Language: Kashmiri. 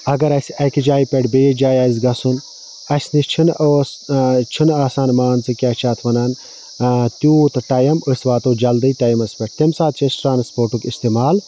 اَگر اَسہِ اَکہِ جایہِ پیٹھٕ بیٚیس جایہِ آسہِ گَژھُن اَسہِ نِش چھِ نہٕ أسۍ چھ نہٕ آسان مان ژٕ کیاہ چھِ یتھ وَنان تیوٗت ٹایم أسۍ واتَو جَلدی ٹایمَس پیٹھ تمہِ ساتہٕ چھِ أسۍ ٹرانسپوٹُک اِستعمال